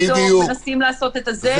מנסים לעשות את זה,